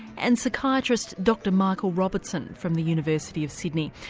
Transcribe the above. and psychiatrist dr michael robertson from the university of sydney,